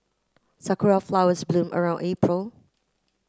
sakura flowers bloom around April